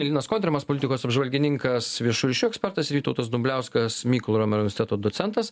linas kontrimas politikos apžvalgininkas viešųjų ryšių ekspertas vytautas dumbliauskas mykolo romerio universiteto docentas